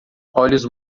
olhos